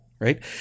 right